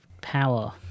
power